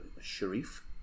Sharif